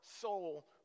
soul